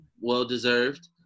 well-deserved